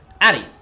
Addy